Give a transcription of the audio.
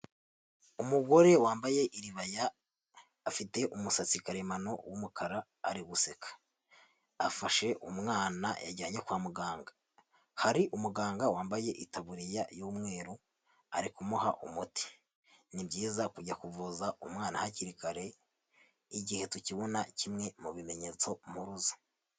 Umugore wambaye iribaya afite umusatsi karemano w'umukara ari guseka, afashe umwana yajyanye kwa muganga, hari umuganga wambaye itaburiya y'umweru ari kumuha umuti, ni byiza kujya kuvuza umwana hakiri kare igihe tukibona kimwe mu bimenyetso mpuruza.